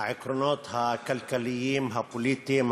העקרונות הכלכליים הפוליטיים,